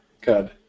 good